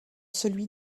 celui